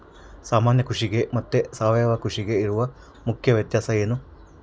ಸಾಮಾನ್ಯ ಕೃಷಿಗೆ ಮತ್ತೆ ಸಾವಯವ ಕೃಷಿಗೆ ಇರುವ ಮುಖ್ಯ ವ್ಯತ್ಯಾಸ ಏನು?